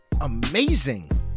amazing